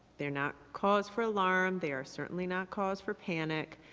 they're not cause for alarm, they are certainly not cause for panic.